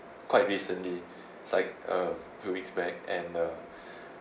quite recently is like a few weeks back and uh